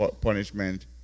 punishment